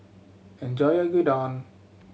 enjoy your Gyudon